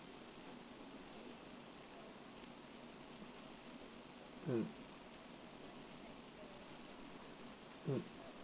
mm mm